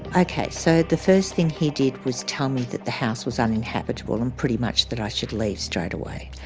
okay so the first thing he did was tell me that the house was uninhabitable and pretty much that i should leave straight away.